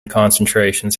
concentrations